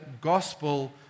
gospel